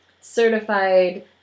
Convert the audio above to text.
certified